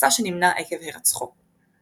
מסע שנמנע עקב הרצחו.